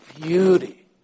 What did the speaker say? beauty